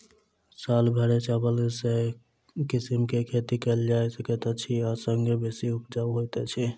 साल भैर चावल केँ के किसिम केँ खेती कैल जाय सकैत अछि आ संगे बेसी उपजाउ होइत अछि?